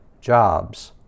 jobs